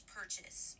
purchase